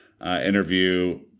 interview